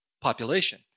population